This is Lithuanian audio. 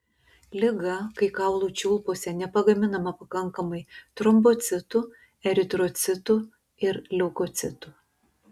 liga kai kaulų čiulpuose nepagaminama pakankamai trombocitų eritrocitų ir leukocitų